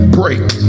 break